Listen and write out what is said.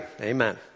amen